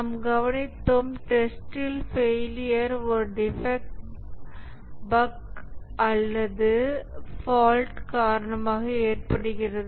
நாம் கவனித்தோம் டெஸ்டில் ஃபெயிலியர் ஒரு டிஃபெக்ட் பஃக் அல்லது ஃபால்ட் காரணமாக ஏற்படுகிறது